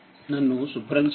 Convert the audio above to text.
నన్ను శుభ్రం చేయనివ్వండి